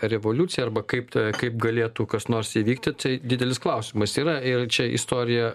revoliuciją arba kaip ta kaip galėtų kas nors įvykti tai didelis klausimas yra ir čia istorija